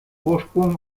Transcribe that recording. vorsprung